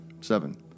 Seven